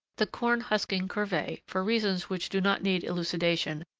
the corn-husking corvee, for reasons which do not need elucidation,